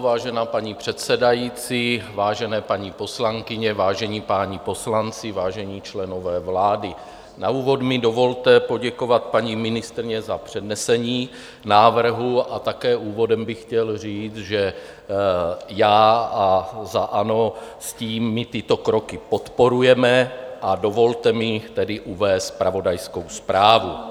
Vážená paní předsedající, vážené paní poslankyně, vážení páni poslanci, vážení členové vlády, na úvod mi dovolte poděkovat paní ministryni za přednesení návrhu a také úvodem bych chtěl říct, že já a za ANO my tyto kroky podporujeme, a dovolte mi tedy uvést zpravodajskou zprávu.